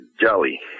jelly